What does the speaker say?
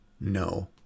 No